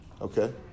Okay